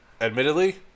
Admittedly